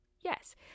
yes